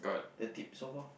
the tips so called